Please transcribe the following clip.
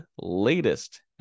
latest